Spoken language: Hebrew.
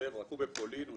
הוא בפולין.